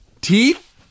Teeth